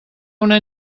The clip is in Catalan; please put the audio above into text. una